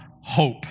hope